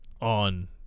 on